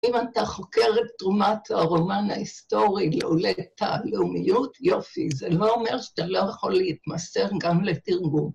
אם אתה חוקר את תרומת הרומן ההיסטורי להולדת את הלאומיות, יופי, זה לא אומר שאתה לא יכול להתמסר גם לתרגום.